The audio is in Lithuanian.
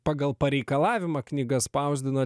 pagal pareikalavimą knygas spausdinat